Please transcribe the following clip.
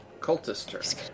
Cultist